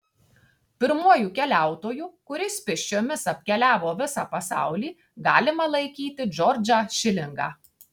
pirmuoju keliautoju kuris pėsčiomis apkeliavo visą pasaulį galima laikyti džordžą šilingą